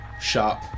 sharp